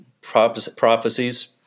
prophecies